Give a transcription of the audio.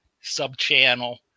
sub-channel